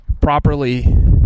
properly